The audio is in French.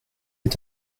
est